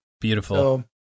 Beautiful